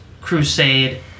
crusade